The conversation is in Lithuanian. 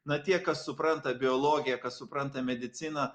na tie kas supranta biologiją kas supranta mediciną